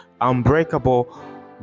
unbreakable